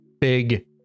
big